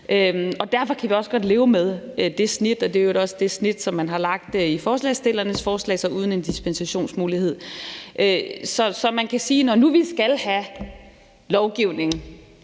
Derfor kan vi også godt leve med det snit, og det er i øvrigt også det snit, som man har lagt i forslagsstillernes forslag, altså uden en dispensationsmulighed. Så man kan sige, at når nu vi skal have lovgivning